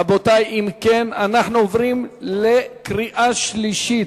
רבותי, אם כן, אנחנו עוברים לקריאה השלישית.